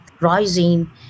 rising